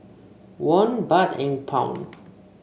Won Baht and Pound